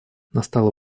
настало